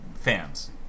fans